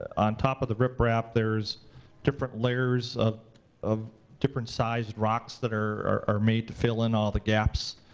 on top of the riprap there's different layers of of different sized rocks that are are made to fill in all the gaps.